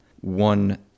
One